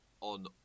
on